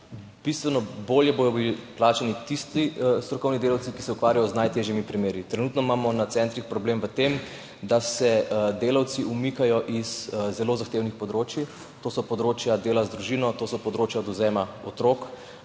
bistveno bolje bodo plačani tisti strokovni delavci, ki se ukvarjajo z najtežjimi primeri. Trenutno imamo na centrih problem v tem, da se delavci umikajo z zelo zahtevnih področij, to so področja dela z družino, to so področja odvzema otrok,